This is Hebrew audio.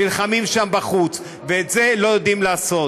נלחמים שם בחוץ, ואת זה לא יודעים לעשות.